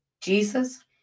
jesus